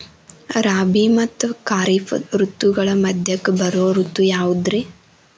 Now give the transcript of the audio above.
ರಾಬಿ ಮತ್ತ ಖಾರಿಫ್ ಋತುಗಳ ಮಧ್ಯಕ್ಕ ಬರೋ ಋತು ಯಾವುದ್ರೇ?